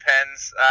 depends